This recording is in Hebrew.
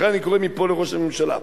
לכן אני קורא מפה לראש הממשלה: